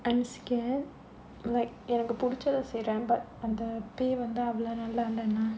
I'm scared like எனக்கு பிடிச்சதை செய்றேன்:enakku pudichathai seiraen but அந்த:andha the pay வந்தா அவ்ளோ நல்லா:vandhaa avlo nallaa